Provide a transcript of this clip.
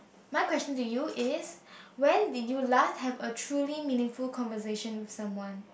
my question to you is when did you last have a truly meaningful conversation with someone